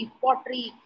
pottery